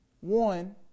One